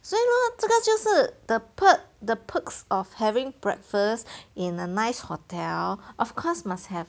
所以 lor 这个就是 the perk the perks of having breakfast in a nice hotel of course must have